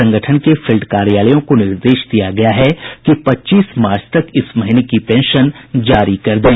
संगठन के फील्ड कार्यालयों को निर्देश दिया है कि पच्चीस मार्च तक इस महीने की पेंशन जारी कर दें